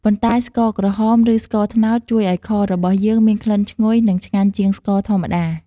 ប៉ុន្តែស្ករក្រហម ឬ ស្ករត្នោតជួយឱ្យខរបស់យើងមានក្លិនឈ្ងុយ និងឆ្ងាញ់ជាងស្ករធម្មតា។